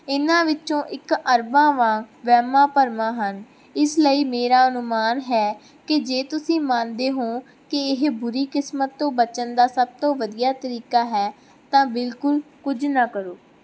ਇਹਨਾਂ ਵਿੱਚੋਂ ਇੱਕ ਅਰਬਾਂ ਵਾਂਗ ਵਹਿਮਾਂ ਭਰਮਾਂ ਹਨ ਇਸ ਲਈ ਮੇਰਾ ਅਨੁਮਾਨ ਹੈ ਕਿ ਜੇ ਤੁਸੀਂ ਮੰਨਦੇ ਹੋ ਕਿ ਇਹ ਬੁਰੀ ਕਿਸਮਤ ਤੋਂ ਬਚਣ ਦਾ ਸਭ ਤੋਂ ਵਧੀਆ ਤਰੀਕਾ ਹੈ ਤਾਂ ਬਿਲਕੁਲ ਕੁਝ ਨਾ ਕਰੋ